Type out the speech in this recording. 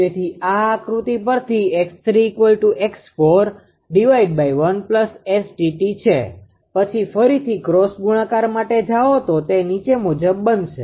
તેથી આ આકૃતિ પરથી 𝑥3𝑥41 𝑆𝑇𝑡 છે પછી ફરીથી ક્રોસ ગુણાકાર માટે જાઓ તો તે નીચે મુજબ બનશે